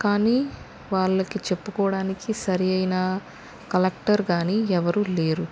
కానీ వాళ్ళకి చెప్పుకోవడానికి సరైన కలెక్టర్ కానీ ఎవరు లేరు